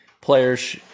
players